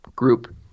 group